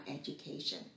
education